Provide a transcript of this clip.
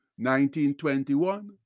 19.21